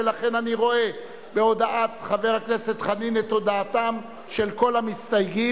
ולכן אני רואה בהודעת חבר הכנסת חנין את הודעתם של כל המסתייגים.